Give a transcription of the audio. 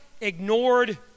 ignored